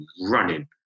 running